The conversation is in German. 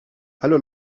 hallo